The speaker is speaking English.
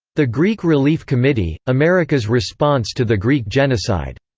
the greek relief committee america's response to the greek genocide,